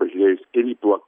pažiūrėjus ir į tuos